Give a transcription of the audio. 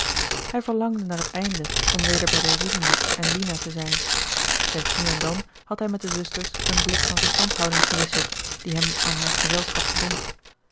hij verlangde naar het einde om weder bij de rimini's en lina te zijn slechts nu en dan had hij met de zusters een blik van verstandhouding gewisseld die hem aan haar gezelschap bond